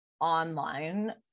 online